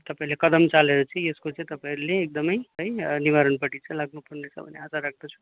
तपाईँहरूले कदम चालेर चाहिँ यसकोचाहिँ तपाईँहरूले एकदमै है निवारणपटि चाहिँ लाग्नुपर्ने छ भन्ने आशा राख्दछु